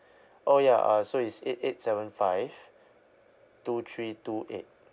oh yeah uh so it's eight eight seven five two three two eight